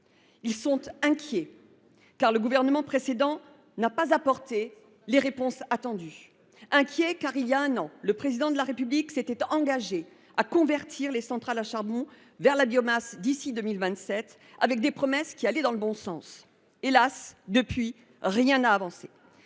Ils sont inquiets, car le gouvernement précédent n’a pas apporté les réponses attendues. Ils sont inquiets, car, il y a un an, le Président de la République s’était engagé à convertir les centrales à charbon vers la biomasse d’ici à 2027 – ces promesses allaient dans le bon sens. Hélas, depuis, rien n’a avancé